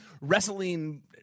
Wrestling